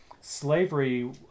slavery